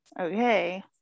Okay